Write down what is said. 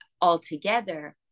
altogether